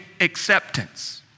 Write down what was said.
acceptance